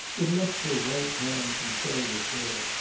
it left her white arms and shoulders bare,